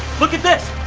look at this,